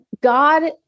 God